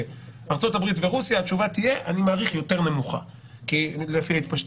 אנשים אני מעריך שהתשובה תהיה יותר נמוכה לפי ההתפשטות.